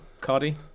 Cardi